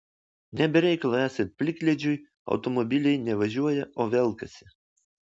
ne be reikalo esant plikledžiui automobiliai ne važiuoja o velkasi